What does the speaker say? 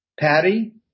Patty